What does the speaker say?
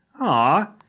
Aw